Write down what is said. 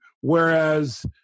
whereas